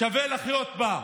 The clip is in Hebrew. שווה לחיות בה.